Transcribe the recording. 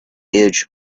huge